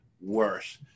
worse